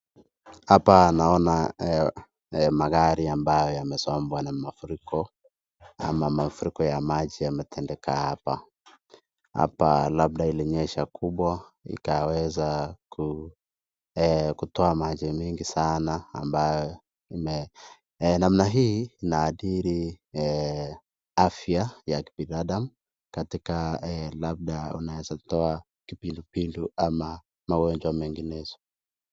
Hapa naona magari ambayo yamesombwa na mafuriko ama mafuriko ya maji yametendeka hapa. Hapa labda ilinyesha kubwa ikaweza kutoa maji mingi sana ambayo namna hii inaathiri afya ya kibinadamu katika labda unaweza toa kipindupindu ama magonjwa zinginezo.